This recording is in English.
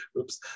oops